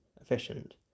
efficient